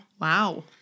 Wow